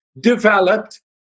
developed